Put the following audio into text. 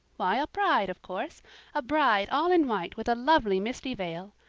why, a bride, of course a bride all in white with a lovely misty veil.